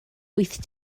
wyth